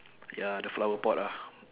ya the flower pot ah